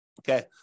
Okay